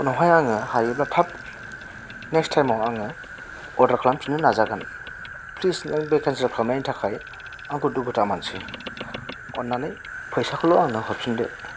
उनावहाय आङो हायोब्ला थाब नेक्स टाइमाव आङो अर्डार खालाफिनो नाजागोन फ्लिस नों बे केन्सेल खालामनायनि थाखाय आंखौ दुखु दामोनसै अन्नानै फैसाखौल' आंनो हरफिदो